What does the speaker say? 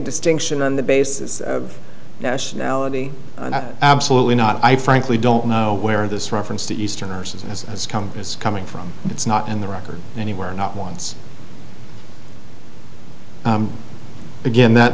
distinction on the basis of nationality absolutely not i frankly don't know where this reference to easterners as it's come it's coming from it's not in the record anywhere not once again